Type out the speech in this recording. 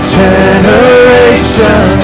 generation